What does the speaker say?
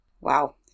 Wow